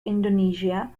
indonesia